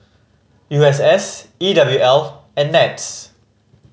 U S S E W L and NETS